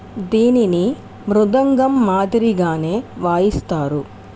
దీనిని మృదంగం మాదిరిగానే వాయిస్తారు